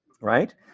right